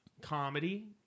comedy